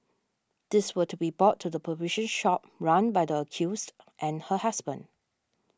these were to be brought to the provision shop run by the accused and her husband